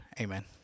Amen